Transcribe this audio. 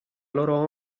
loro